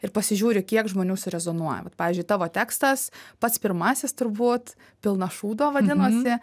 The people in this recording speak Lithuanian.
ir pasižiūri kiek žmonių surezonuoja vat pavyzdžiui tavo tekstas pats pirmasis turbūt pilna šūdo vadinosi